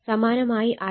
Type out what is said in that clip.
സമാനമായി I2 0